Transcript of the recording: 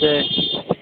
சரி